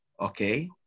okay